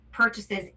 purchases